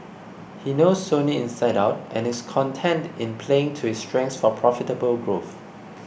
he knows Sony inside out and is content in playing to his strengths for profitable growth